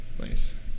nice